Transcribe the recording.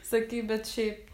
sakyti bet šiaip